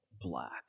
black